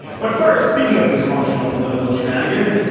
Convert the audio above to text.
but first speaking of dysfunctional political shenanigans,